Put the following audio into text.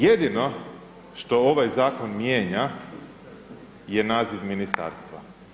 Jedino što ovaj zakon mijenja je naziv ministarstva.